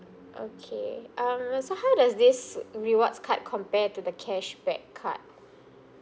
okay um so how does this rewards card compare to the cashback card